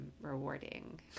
rewarding